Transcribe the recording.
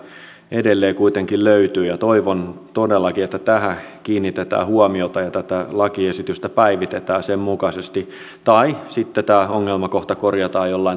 mutta yksi miinus sieltä edelleen kuitenkin löytyy ja toivon todellakin että tähän kiinnitetään huomiota ja tätä lakiesitystä päivitetään sen mukaisesti tai sitten tämä ongelmakohta korjataan jollain toisella lakiesityksellä